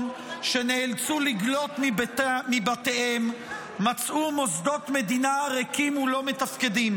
שנאלצו לגלות מביתם מצאו מוסדות מדינה ריקים ולא מתפקדים,